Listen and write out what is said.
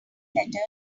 letter